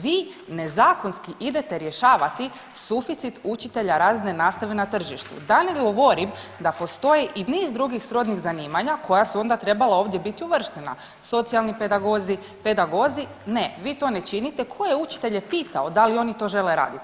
Vi nezakonski idete rješavati suficit učitelja razredne nastave na tržištu, da ne govorim da postoji i niz drugih srodnih zanimanja koja su onda trebala ovdje bit uvrštena, socijalni pedagozi, pedagozi, ne, vi to ne činite, ko je učitelje pitao da li oni to žele raditi?